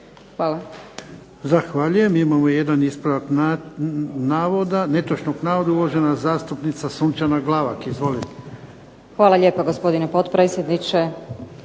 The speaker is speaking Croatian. (HDZ)** Zahvaljujem. Imamo jedan ispravak netočnog navoda, uvažena zastupnica Sunčana Glavak. Izvolite. **Glavak, Sunčana (HDZ)** Hvala lijepa gospodine potpredsjedniče.